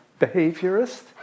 behaviorist